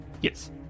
Yes